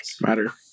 Matter